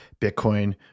Bitcoin